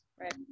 right